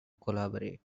collaborate